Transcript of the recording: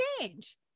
change